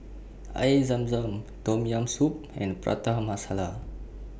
Air Zam Zam Tom Yam Soup and Prata Masala